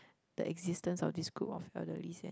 the existence of this group of elderlies and